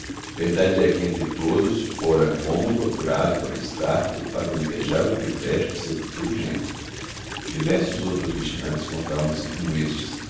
verdade é que entre todos fora rômulo apurado por aristarco para o invejável privilégio de seu futuro genro diversos outros vigilantes contavam-se como estes